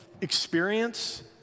experience